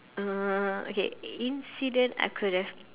uh okay incident I could have